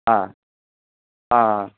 ஆ ஆ ஆ